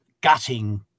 gutting